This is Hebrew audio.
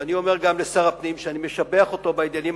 ואני אומר גם לשר הפנים שאני משבח אותו בעניינים